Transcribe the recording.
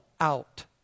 out